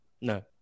No